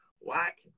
whack